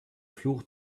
fluch